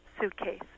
suitcase